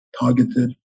targeted